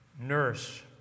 nurse